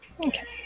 Okay